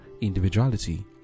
individuality